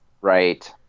Right